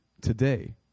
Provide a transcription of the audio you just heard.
today